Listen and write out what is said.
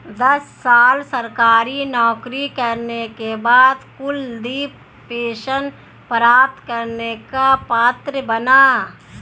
दस साल सरकारी नौकरी करने के बाद कुलदीप पेंशन प्राप्त करने का पात्र बना